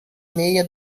meia